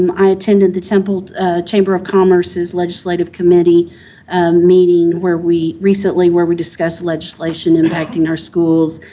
um i attended the temple chamber of commerce's legislative committee meeting, where we recently where we discussed legislation impacting our schools,